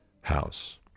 house